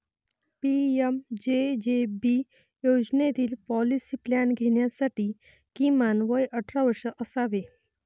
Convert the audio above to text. PMJJB योजनेतील policy plan घेण्यासाठी किमान वय अठरा वर्षे असावे